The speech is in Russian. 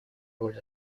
роль